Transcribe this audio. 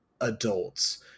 adults